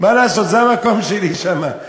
מה לעשות, זה המקום שלי, שם.